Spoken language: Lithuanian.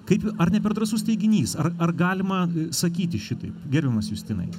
kaip ar ne per drąsus teiginys ar ar galima sakyti šitaip gerbiamas justinai